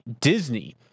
Disney